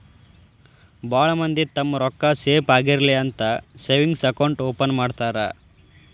ಭಾಳ್ ಮಂದಿ ತಮ್ಮ್ ರೊಕ್ಕಾ ಸೇಫ್ ಆಗಿರ್ಲಿ ಅಂತ ಸೇವಿಂಗ್ಸ್ ಅಕೌಂಟ್ ಓಪನ್ ಮಾಡ್ತಾರಾ